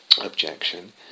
objection